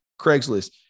Craigslist